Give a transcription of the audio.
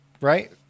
right